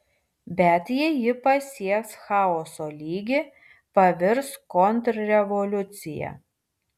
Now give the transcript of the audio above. bet jei ji pasieks chaoso lygį pavirs kontrrevoliucija